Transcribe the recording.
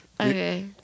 Okay